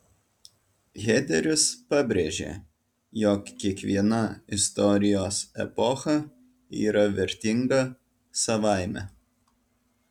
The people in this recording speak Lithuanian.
hederis pabrėžė jog kiekviena istorijos epocha yra vertinga savaime